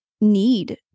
need